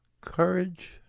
courage